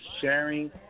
sharing